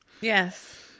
Yes